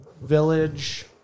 Village